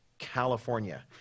California